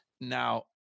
Now